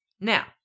Now